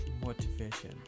motivation